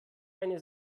eine